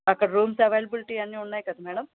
అక్కడ rooms availability అన్నీ ఉన్నాయి కదా మ్యాడం